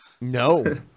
No